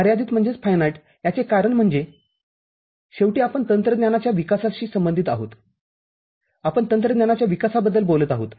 मर्यादित याचे कारण म्हणजे शेवटी आपण तंत्रज्ञानाच्या विकासाशी संबंधित आहोतआपण तंत्रज्ञानाच्या विकासाबद्दल बोलत आहोत